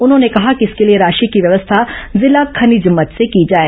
उन्होंने कहा कि इसके लिए राशि की व्यवस्था जिला खनिज मद से की जाए